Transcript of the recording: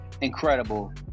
incredible